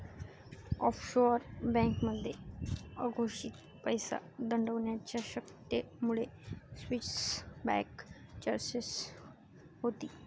offshore बँकांमध्ये अघोषित पैसा दडवण्याच्या शक्यतेमुळे स्विस बँक चर्चेत होती